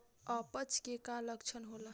अपच के का लक्षण होला?